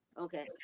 Okay